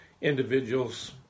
individuals